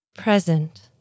Present